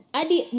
adi